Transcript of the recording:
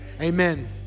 Amen